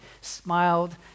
Smiled